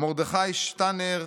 מרדכי שטנר,